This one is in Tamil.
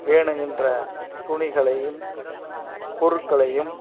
வேணுங்கின்ற துணிகளையும் பொருட்களையும்